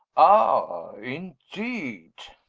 ah, indeed?